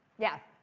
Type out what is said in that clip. yeah,